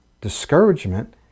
discouragement